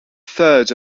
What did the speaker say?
third